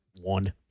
one